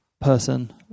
person